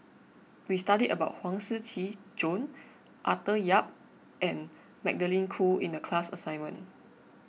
we studied about Huang Shiqi Joan Arthur Yap and Magdalene Khoo in the class assignment